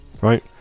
Right